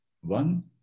one